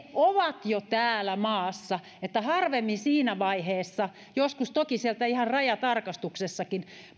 he ovat jo täällä maassa harvemmin siinä vaiheessa joskus toki siellä ihan rajatarkastuksessakin